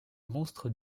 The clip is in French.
monstre